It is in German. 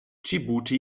dschibuti